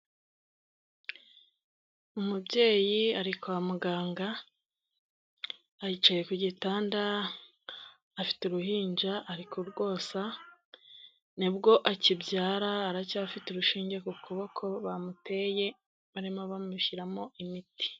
Umubyeyi ari kwa muganga yicaye ku gitanda afite uruhinja ariko rwonse, nibwo akibyara aracyafite urushinge ku kuboko bamuteye barimo bamushyiramo imiti.